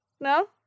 No